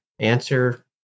Answer